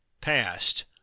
past